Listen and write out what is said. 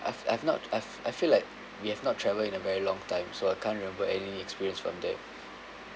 I've I've not I've I feel like we have not travelled in a very long time so I can't remember any experience from that